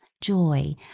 joy